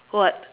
what